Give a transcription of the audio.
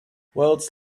world